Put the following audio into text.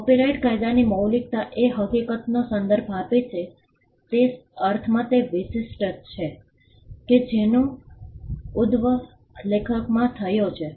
copyright કાયદાની મૌલિકતા એ હકીકતનો સંદર્ભ આપે છે કે તે અર્થમાં તે વિશિષ્ટ છે કે જેનો ઉદ્ભવ લેખકમાંથી થયો છે